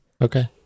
Okay